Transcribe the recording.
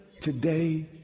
today